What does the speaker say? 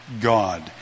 God